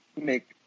make